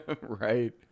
Right